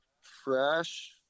fresh